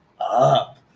up